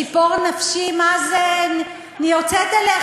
ציפור נפשי מה-זה יוצאת אליך,